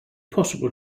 possible